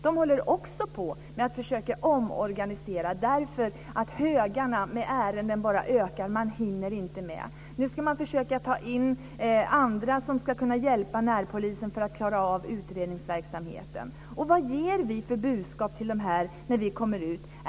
De håller också på att försöka omorganisera därför att högarna med ärenden bara ökar. De hinner inte med! Nu ska de försöka ta in andra som ska kunna hjälpa närpolisen att klara av utredningsverksamheten. Vad ger vi för budskap när vi kommer ut?